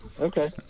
Okay